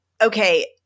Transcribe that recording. okay